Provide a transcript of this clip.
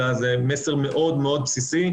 אלא זה מסר מאוד מאוד בסיסי,